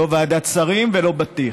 לא ועדת שרים ולא בטיח.